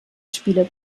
spieler